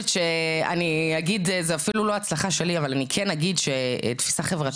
זה אפילו לא הצלחה שלי אבל אני כן אגיד שתפיסה חברתית